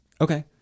Okay